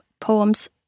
poems